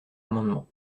amendement